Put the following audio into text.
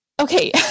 okay